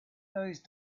those